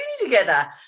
together